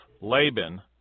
Laban